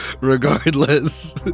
regardless